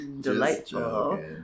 Delightful